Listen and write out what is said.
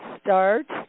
start